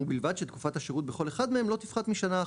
ובלבד שתקופת השירות בכל אחד מהם לא תפחת משנה אחת: